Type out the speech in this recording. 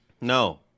No